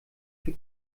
für